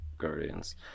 guardians